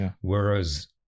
whereas